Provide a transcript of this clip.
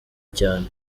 cyane